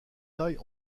taille